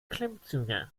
klimmzüge